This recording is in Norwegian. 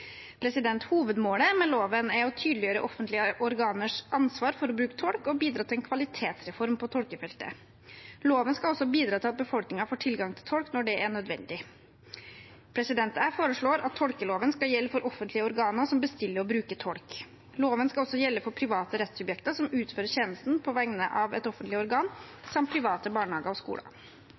å bruke tolk og bidra til en kvalitetsreform på tolkefeltet. Loven skal også bidra til at befolkningen får tilgang til tolk når det er nødvendig. Jeg foreslår at tolkeloven skal gjelde for offentlige organer som bestiller og bruker tolk. Loven skal også gjelde for private rettssubjekter som utfører tjenester på vegne av et offentlig organ, samt private barnehager og skoler.